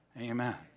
Amen